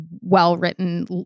well-written